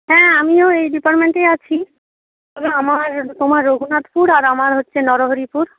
হ্যাঁ আমিও এই ডিপার্টমেন্টেই আছি তবে আমার তোমার রঘুনাথপুর আর আমার হচ্ছে নরহরিপুর